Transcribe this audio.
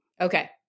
Okay